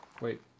Wait